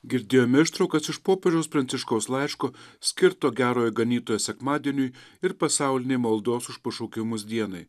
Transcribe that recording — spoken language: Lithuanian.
girdėjome ištraukas iš popiežiaus pranciškaus laiško skirto gerojo ganytojo sekmadieniui ir pasaulinei maldos už pašaukimus dienai